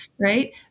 right